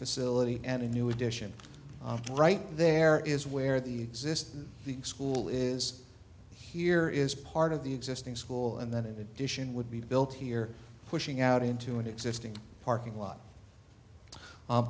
facility and a new edition right there is where the existing the school is here is part of the existing school and then in addition would be built here pushing out into an existing parking lot